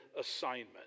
assignment